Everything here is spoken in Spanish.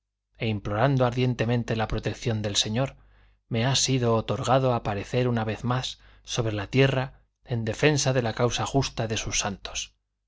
implorando ardientemente la protección del señor me ha sido otorgado aparecer una vez más sobre la tierra en defensa de la causa justa de sus santos